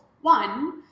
One